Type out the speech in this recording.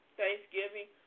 Thanksgiving